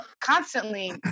constantly